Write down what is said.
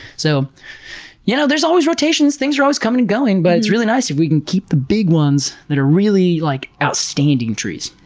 so you know, there's always rotations, things are always coming and going, but it's really nice if we can keep the big ones that are really, like, outstanding trees.